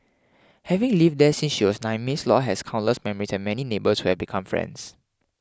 having lived there since she was nine Miss Law has countless memory and many neighbors who have become friends